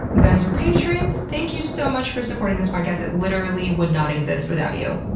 you guys are patrons. thank you so much for supporting this podcast. it literally would not exist without you.